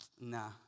Nah